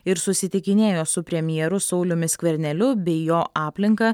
ir susitikinėjo su premjeru sauliumi skverneliu bei jo aplinka